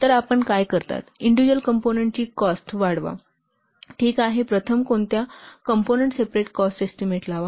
मग आपण काय करता इंडिज्युअल कॉम्पोनन्टची कॉस्ट वाढवा प्रथम कोणत्या कॉम्पोनन्ट सेपरेट कॉस्ट एस्टीमेट लावा